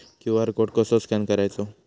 QR code कसो scan करायचो?